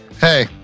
Hey